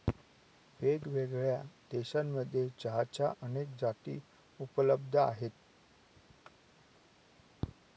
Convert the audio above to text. वेगळ्यावेगळ्या देशांमध्ये चहाच्या अनेक जाती उपलब्ध आहे